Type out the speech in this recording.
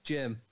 Jim